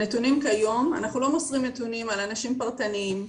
אנחנו לא מוסרים נתונים על אנשים פרטניים.